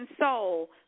soul